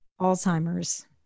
Alzheimer's